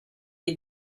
dei